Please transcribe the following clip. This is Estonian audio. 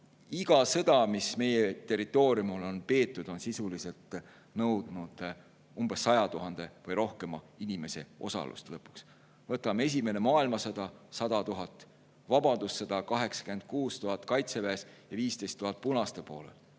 Iga sõda, mis meie territooriumil on peetud, on sisuliselt nõudnud umbes 100 000 või rohkema inimese osalust. Esimene maailmasõda: 100 000. Vabadussõda: 86 000 kaitseväes ja 15 000 punaste poolel.